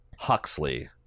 huxley